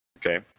Okay